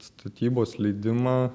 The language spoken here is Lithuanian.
statybos leidimą